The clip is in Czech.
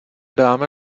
dáme